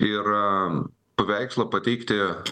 ir paveikslą pateikti